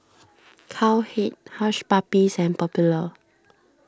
Cowhead Hush Puppies and Popular